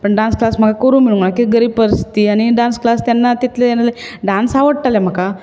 पण dance class म्हाका करूंक मेळूंक ना की गरीब परिस्थिती आनी डांस क्लास तेन्ना तितलें हें नासलें डांस आवडटाले म्हाका